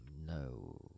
No